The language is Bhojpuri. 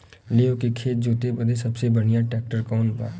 लेव के खेत जोते बदे सबसे बढ़ियां ट्रैक्टर कवन बा?